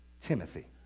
Timothy